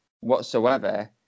whatsoever